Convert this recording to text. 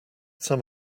some